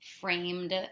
framed